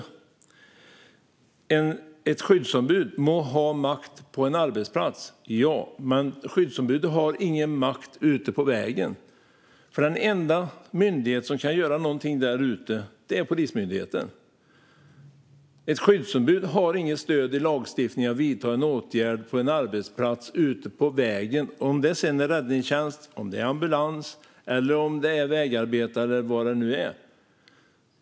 Ett skyddsombud må ha makt på en arbetsplats, ja, men ett skyddsombud har ingen makt ute på vägen. Den enda myndighet som kan göra någonting där ute är Polismyndigheten. Ett skyddsombud har inget stöd i lagstiftningen för att vidta en åtgärd på en arbetsplats ute på vägen, om det så gäller räddningstjänst, ambulans, vägarbetare eller vad det nu är.